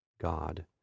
God